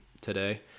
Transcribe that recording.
today